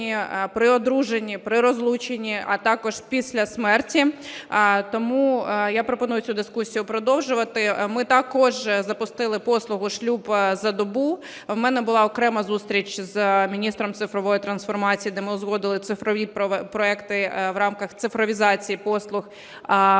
при одруженні, при розлученні, а також після смерті, тому я пропоную цю дискусію продовжувати. Ми також запустили послугу "Шлюб за добу". У мене була окрема зустріч з міністром цифрової трансформації, де ми узгодили цифрові проєкти в рамках цифровізації послуг по